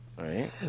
Right